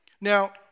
Now